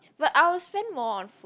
but I'll spend more on food